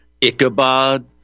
Ichabod